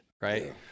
right